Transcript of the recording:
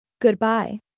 Goodbye